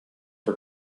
for